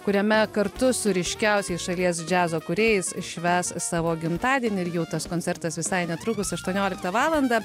kuriame kartu su ryškiausiais šalies džiazo kūrėjais švęs savo gimtadienį ir jau tas koncertas visai netrukus aštuonioliktą valandą